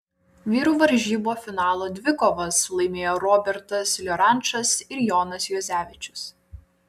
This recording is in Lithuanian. vyrų varžybų finalo dvikovas laimėjo robertas liorančas ir jonas juozevičius